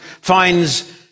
finds